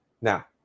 Now